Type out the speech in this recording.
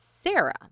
Sarah